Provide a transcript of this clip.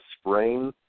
sprain